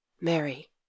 Mary